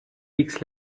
weeks